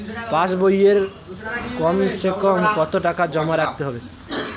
পাশ বইয়ে কমসেকম কত টাকা জমা রাখতে হবে?